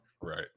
right